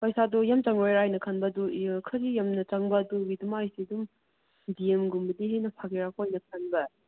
ꯄꯩꯁꯥꯗꯨ ꯌꯥꯝ ꯆꯪꯂꯣꯏ ꯍꯥꯏꯅ ꯈꯟꯕ ꯑꯗꯨ ꯈꯔꯗꯤ ꯌꯥꯝꯅ ꯆꯪꯕ ꯑꯗꯨꯒꯤ ꯑꯗꯨꯃꯥꯏꯅ ꯑꯗꯨꯝ ꯗꯤ ꯑꯦꯝꯒꯨꯝꯕꯗꯤ ꯍꯦꯟꯅ ꯐꯒꯦꯔꯀꯣ ꯍꯥꯏꯅ ꯈꯟꯕ